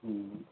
ہوں